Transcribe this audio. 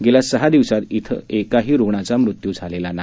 गेल्या सहा दिवसांत इथं एकाही रुग्णाचा मृत्यू झालेला नाही